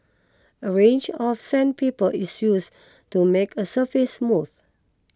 a range of sandpaper is use to make a surface smooth